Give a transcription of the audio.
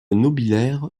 nobiliaire